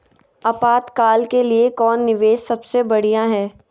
आपातकाल के लिए कौन निवेस सबसे बढ़िया है?